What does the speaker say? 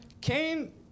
Cain